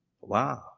Wow